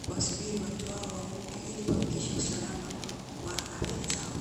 kuwasubiri watu hao wavuke ili kuhakikisha usalama wa afya zao.